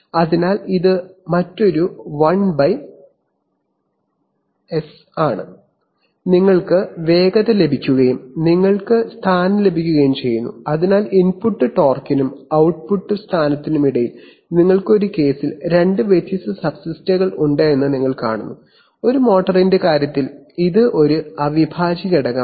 അതിനാൽ ഇത് മറ്റൊരു 1 s ആണ് നിങ്ങൾക്ക് വേഗത ലഭിക്കുകയും നിങ്ങൾക്ക് സ്ഥാനം ലഭിക്കുകയും ചെയ്യുന്നു അതിനാൽ ഇൻപുട്ട് ടോർക്കിനും output ട്ട്പുട്ട് സ്ഥാനത്തിനും ഇടയിൽ നിങ്ങൾക്ക് ഈ കേസിൽ രണ്ട് വ്യത്യസ്ത സബ്സിസ്റ്റമുകളുണ്ടെന്ന് നിങ്ങൾ കാണുന്നു ഒരു മോട്ടറിന്റെ കാര്യത്തിൽ ഇത് ഒരു അവിഭാജ്യ ഘടകമാണ്